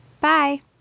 Bye